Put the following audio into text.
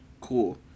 Cool